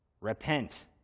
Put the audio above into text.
repent